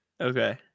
okay